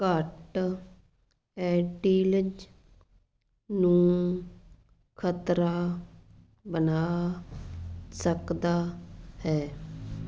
ਘੱਟ ਐਂਟੀਲਜ਼ ਨੂੰ ਖ਼ਤਰਾ ਬਣਾ ਸਕਦਾ ਹੈ